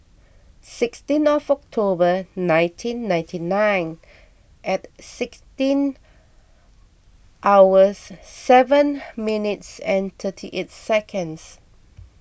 sixteen October nineteen ninety nine at sixteen hours seven minutes and thirty eight seconds